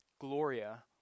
Gloria